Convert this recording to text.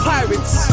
Pirates